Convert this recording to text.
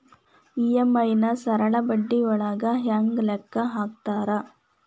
EMI ನ ಸರಳ ಬಡ್ಡಿಯೊಳಗ ಹೆಂಗ ಲೆಕ್ಕ ಹಾಕತಾರಾ